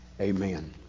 amen